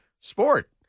sport